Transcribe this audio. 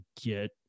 get